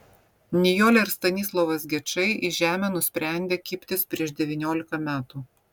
nijolė ir stanislovas gečai į žemę nusprendė kibtis prieš devyniolika metų